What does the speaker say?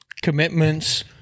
commitments